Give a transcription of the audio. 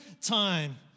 time